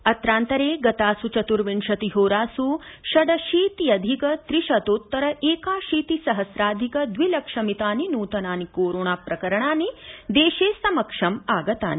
अत्रान्तरे गतास् चत्र्विशति होरास् षडशीति अधिक त्रिशतोत्तर एकाशीति सहस्राधिक द्वि लक्ष मितानि नूतनानि कोरोणा प्रकरणानि देशे समक्षम् आगतानि